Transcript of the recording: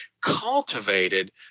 cultivated